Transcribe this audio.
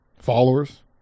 Followers